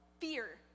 fear